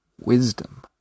wisdom